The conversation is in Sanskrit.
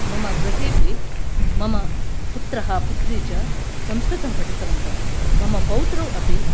मम गृहेपि मम पुत्रः पुत्री च संस्कृतं पठितवन्तौ मम पौत्रौ अपि